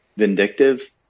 vindictive